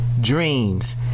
dreams